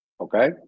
okay